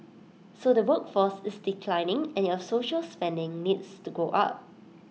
so the workforce is declining and your social spending needs to go up